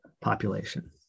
population